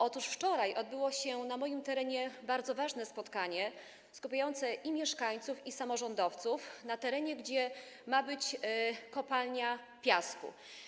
Otóż wczoraj odbyło się na moim terenie bardzo ważne spotkanie i mieszkańców, i samorządowców tam, gdzie ma być kopalnia piasku.